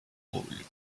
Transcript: rôle